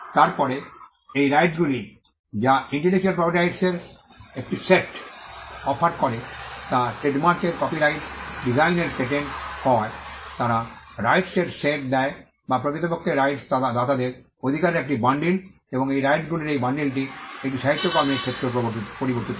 তারপরে এই রাইটসগুলি যা ইন্টেলেকচুয়াল প্রপার্টি রাইটস এর একটি সেট অফার করে তা ট্রেডমার্কের কপিরাইট ডিজাইনের পেটেন্ট হয় তারা রাইটস এর সেট দেয় যা প্রকৃতপক্ষে রাইটস দাতাদের অধিকারের একটি বান্ডিল এবং রাইটসগুলির এই বান্ডিলটি একটি সাহিত্যকর্মের ক্ষেত্রেও পরিবর্তিত হয়